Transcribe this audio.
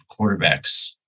quarterbacks